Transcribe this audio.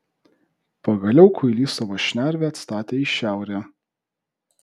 pagaliau kuilys savo šnervę atstatė į šiaurę